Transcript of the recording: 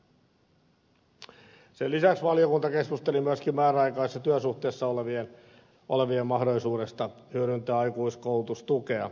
sen lisäksi valiokunta keskusteli myöskin määräaikaisessa työsuhteessa olevien mahdollisuudesta hyödyntää aikuiskoulutustukea